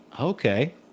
Okay